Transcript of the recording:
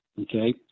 okay